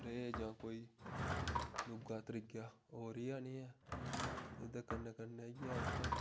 ते जां कोई दूआ त्रीआ होर रेहा नी एह्दे कन्नै कन्नै इ'यै इत्थै हा